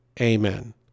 amen